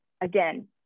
again